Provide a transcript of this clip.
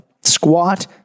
squat